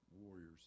warriors